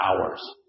hours